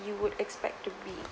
you would expect to be